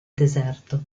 deserto